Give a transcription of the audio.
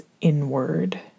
inward